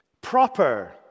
proper